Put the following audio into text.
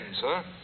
sir